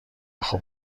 خوب